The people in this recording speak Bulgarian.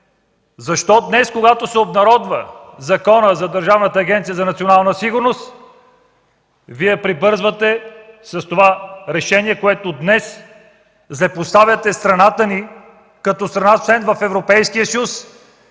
Защо днес, когато се обнародва Закона за Държавната агенция „Национална сигурност” Вие прибързвате с това решение, с което злепоставяте страната ни като страна – член в Европейския съюз